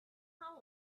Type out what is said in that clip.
her